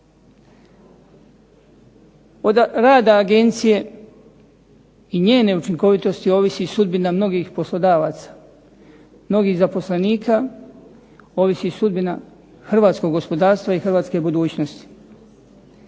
Od rada agencije i njene učinkovitosti ovisi sudbina mnogih poslodavaca, mnogih zaposlenika, ovisi sudbina hrvatskog gospodarstva i hrvatske budućnosti.